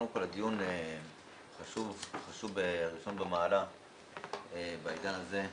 הדיון חשוב וראשון במעלה בעידן הזה.